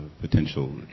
potential